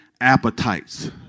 appetites